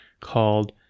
called